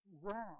wrong